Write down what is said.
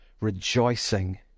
rejoicing